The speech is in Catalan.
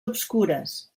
obscures